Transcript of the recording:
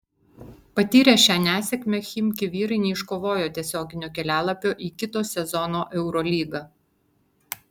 patyrę šią nesėkmę chimki vyrai neiškovojo tiesioginio kelialapio į kito sezono eurolygą